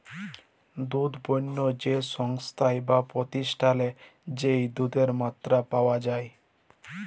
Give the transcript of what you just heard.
দুধ পণ্য যে সংস্থায় বা প্রতিষ্ঠালে যেই দুধের মাত্রা পাওয়া যাই